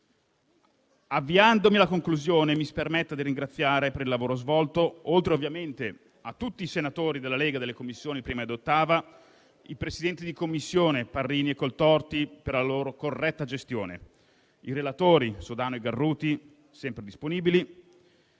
Avviandomi alla conclusione, mi si permetta di ringraziare per il lavoro svolto, oltre ovviamente tutti i senatori della Lega nella 1a e nell'8a Commissione, i presidenti di Commissione senatori Parrini e Coltorti per la loro corretta gestione; i relatori senatori Sudano e Garruti, sempre disponibili;